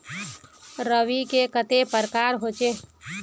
रवि के कते प्रकार होचे?